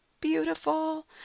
Beautiful